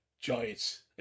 Giants